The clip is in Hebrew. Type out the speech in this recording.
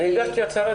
אני מגיש הצהרת